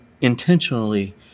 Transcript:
intentionally